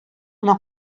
кына